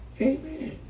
Amen